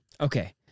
Okay